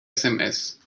sms